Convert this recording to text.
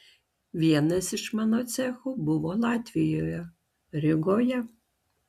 vienas iš mano cechų buvo latvijoje rygoje